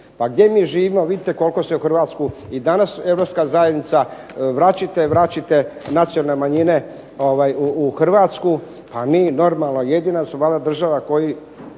Pa gdje mi živimo? Vidite koliko se u HRvatsku i danas Europska zajednica, vraćite, vraćite nacionalne manjine u HRvatsku a mi normalno jedina smo valjda država koja